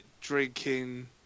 drinking